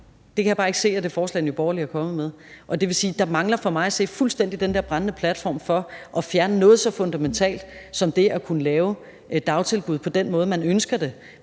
Det kan jeg bare ikke se af det forslag, Nye Borgerlige er kommet med, og det vil sige, at der for mig at se fuldstændig mangler den der brændende platform for at fjerne noget fundamentalt som det at kunne lave dagtilbud på den måde, man ønsker det,